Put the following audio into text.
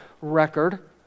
record